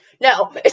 no